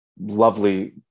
lovely